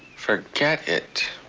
forget it.